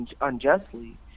unjustly